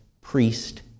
priest